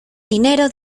dinero